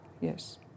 yes